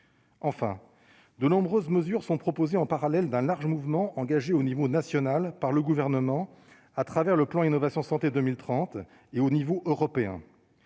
enfin, de nombreuses mesures sont proposées en parallèle d'un large mouvement engagé au niveau national par le gouvernement à travers le plan Innovation Santé 2030 et au niveau européen,